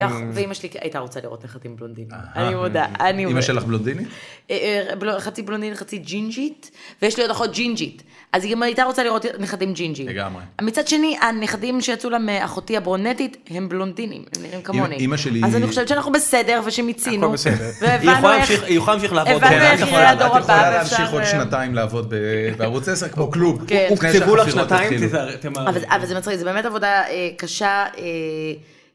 ואימא שלי הייתה רוצה לראות נכדים בלונדינים. אני מודה, אני אומרת. אימא שלך בלונדינית? החצי בלונדינית וחצי ג'ינג'ית. ויש לי עוד אחות ג'ינג'ית, אז היא גם הייתה רוצה לראות נכדים ג'ינג'ים. לגמרי. מצד שני הנכדים שיצאו לה מאחותי הברונטית, הם בלונדינים. הן כמונים. אז אני חושבת שאנחנו בסדר ושמציינו. אני עכשיו בסדר. היא יכולה להמשיך לעבוד עוד. את יכולה להמשיך עוד שנתיים לעבוד בערוץ עשר כמו כלום. כן. הוקצבו לך שנתיים, תמהרי. אבל זה מצחיק, זה באמת עבודה קשה.